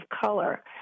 color